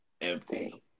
empty